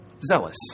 zealous